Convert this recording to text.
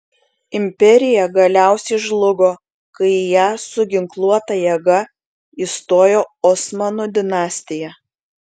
imperija galiausiai žlugo kai į ją su ginkluota jėga įstojo osmanų dinastija